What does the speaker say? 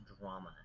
drama